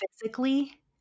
physically